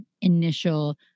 initial